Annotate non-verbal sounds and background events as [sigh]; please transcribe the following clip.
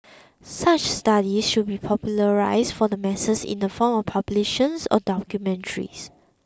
[noise] such studies should be popularised for the masses in the form of publications or documentaries